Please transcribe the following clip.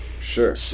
Sure